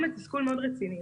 לתסכול מאוד רציני.